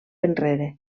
enrere